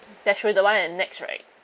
that's true the [one] at next right